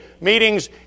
meetings